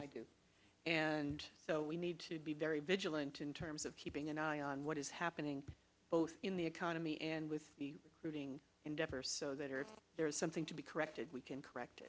i do and so we need to be very vigilant in terms of keeping an eye on what is happening both in the economy and with the recruiting endeavors so that are there is something to be corrected we can correct